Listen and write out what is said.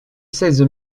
seize